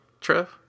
trev